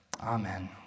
Amen